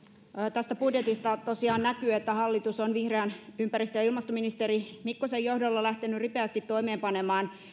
tästä budjetista tosiaan näkyy että hallitus on vihreän ympäristö ja ilmastoministeri mikkosen johdolla lähtenyt ripeästi toimeenpanemaan